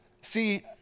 See